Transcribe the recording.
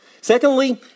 Secondly